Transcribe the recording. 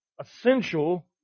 essential